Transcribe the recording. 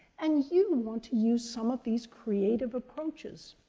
and you want to use some of these creative approaches.